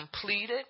completed